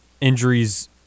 injuries